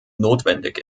notwendig